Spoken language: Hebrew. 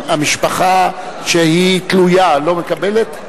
המשפחה שהיא תלויה לא מקבלת?